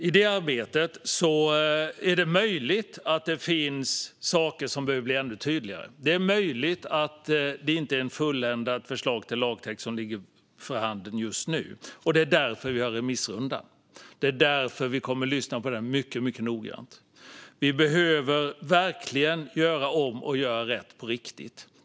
I det arbetet är det möjligt att det finns saker som behöver bli ännu tydligare. Det är möjligt att det inte är ett fulländat förslag till lagtext som finns för handen just nu, och det är därför vi har en remissrunda där vi kommer att lyssna mycket noggrant. Vi behöver verkligen göra om och göra rätt på riktigt.